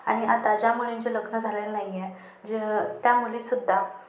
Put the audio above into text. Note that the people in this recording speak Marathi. आणि आता ज्या मुलींचे लग्न झाले नाही हे जे त्या मुलीसुद्धा